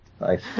Nice